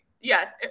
yes